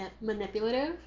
manipulative